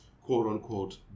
quote-unquote